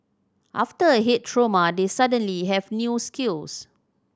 after a head trauma they suddenly have new skills